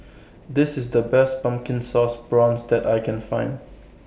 This IS The Best Pumpkin Sauce Prawns that I Can Find